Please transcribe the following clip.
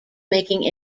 making